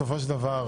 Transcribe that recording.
בסופו של דבר,